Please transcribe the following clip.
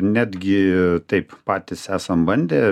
netgi taip patys esam bandę